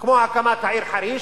כמו הקמת העיר חריש,